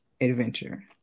adventure